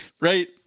right